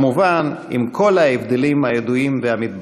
כמובן, עם כל ההבדלים הידועים והמתבקשים.